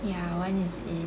ya one is in